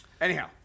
Anyhow